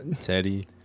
Teddy